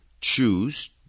choose